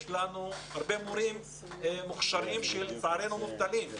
יש לנו הרבה מורים מוכשרים שלצערנו הם מובטלים.